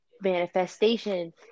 manifestation